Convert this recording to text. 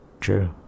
true